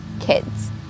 kids